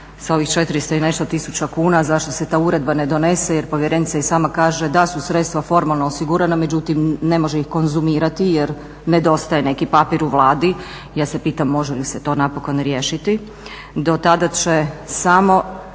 sa ovih 400 i nešto tisuća kuna zašto se ta uredba ne donese jer povjerenica i sama kaže da su sredstva formalno osigurana, međutim ne može ih konzumirati jer nedostaje neki papir u Vladi. Ja se pitam može li se to napokon riješiti? Dotada će samo